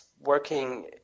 working